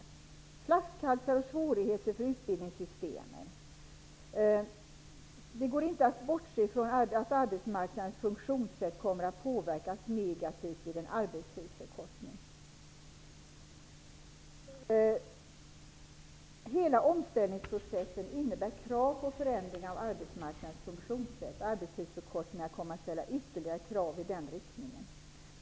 Det uppstår flaskhalsar och svårigheter för utbildningssystemet. Det går inte att bortse från att arbetsmarknadens funktionssätt kommer att påverkas negativt vid en arbetstidsförkortning. Hela omställningsprocessen innebär krav på förändring av arbetsmarknadens funktionssätt. Arbetstidsförkortningar kommer att ställa ytterligare krav i den riktningen.